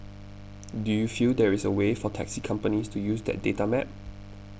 do you feel there is a way for taxi companies to use that data map